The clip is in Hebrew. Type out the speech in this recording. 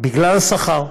בגלל השכר,